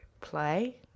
play